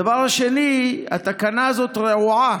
הדבר השני, התקנה הזאת רעועה.